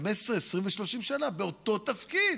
15, 20 ו-30 שנה, באותו תפקיד.